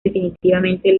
definitivamente